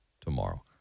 tomorrow